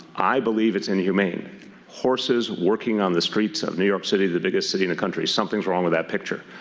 i believe it's inhumane horses working on the streets of new york city, the biggest city in the country. something is wrong with that picture.